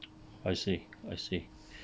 I see I see